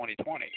2020